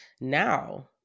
Now